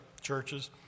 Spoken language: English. churches